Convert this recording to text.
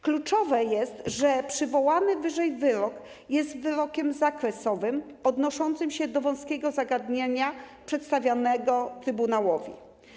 Kluczowe jest, że przywołany wyżej wyrok jest wyrokiem zakresowym, odnoszącym się do wąskiego zagadnienia przedstawionego trybunałowi.